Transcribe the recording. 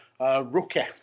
Rookie